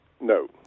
No